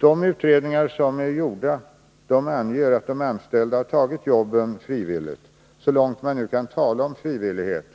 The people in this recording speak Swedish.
De utredningar som är gjorda anger att de anställda har tagit jobbet frivilligt — så långt man kan tala om frivillighet